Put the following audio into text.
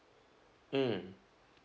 mm